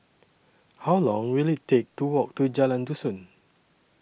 How Long Will IT Take to Walk to Jalan Dusun